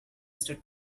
state